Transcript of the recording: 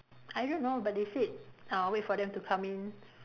I don't know but they said uh wait for them to come in